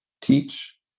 teach